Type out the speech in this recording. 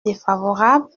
défavorable